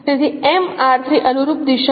તેથી અનુરૂપ દિશા છે